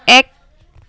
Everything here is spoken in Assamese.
এক